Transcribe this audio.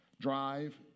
drive